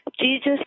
Jesus